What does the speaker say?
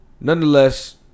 nonetheless